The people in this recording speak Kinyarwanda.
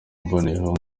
mboneyeho